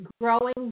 growing